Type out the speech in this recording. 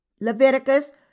Leviticus